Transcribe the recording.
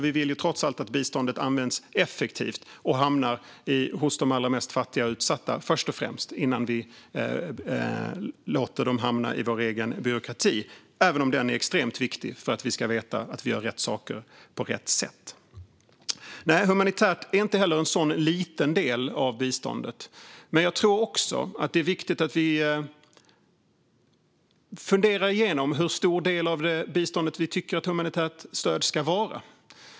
Vi vill ju trots allt att biståndet används effektivt och först och främst hamnar hos de allra mest fattiga och utsatta innan vi låter dem hamna i vår egen byråkrati, även om den är extremt viktig för att vi ska veta att vi gör rätt saker på rätt sätt. Nej, det humanitära är inte heller en sådan liten del av biståndet, men jag tror också att det är viktigt att vi funderar igenom hur stor del av biståndet som vi tycker att det humanitära stödet ska vara.